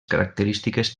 característiques